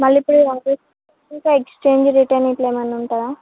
మళ్ళీ ఇప్పుడు exchange return ఇట్లా ఏమన్నా ఉంటాయా